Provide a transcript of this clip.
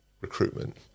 recruitment